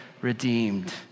redeemed